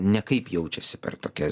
nekaip jaučiasi per tokias